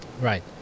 right